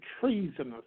treasonous